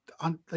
on